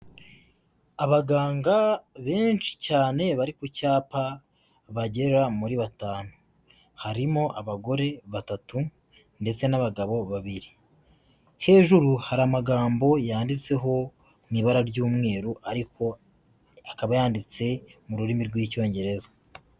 Abaganga benshi cyane, bari ku cyapa bagera muri batanu, harimo abagore batatu, ndetse n'abagabo babiri, hejuru hari amagambo yanditseho mu ibara ry'umweru ariko akaba yanditse mu rurimi rw'icyongereza.